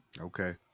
Okay